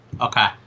okay